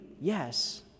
Yes